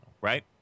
Right